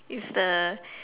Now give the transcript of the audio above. is the